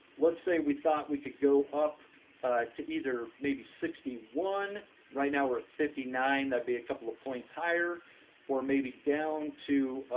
let's say we thought we could go up to either maybe sixty one right now we're at fifty nine that would be a couple of points higher or maybe down to